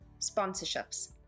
Sponsorships